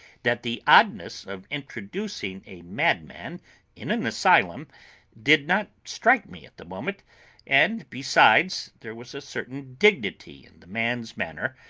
that the oddness of introducing a madman in an asylum did not strike me at the moment and, besides, there was a certain dignity in the man's manner,